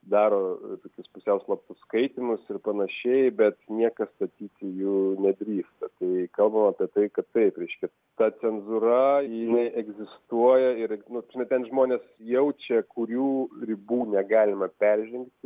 daro tokius pusiau slaptus skaitymus ir panašiai bet niekas statyti jų nedrįsta tai kalbama apie tai kad taip reiškias ta cenzūra jinai egzistuoja ir nu ta prasme ten žmonės jaučia kurių ribų negalima peržengti